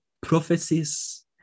prophecies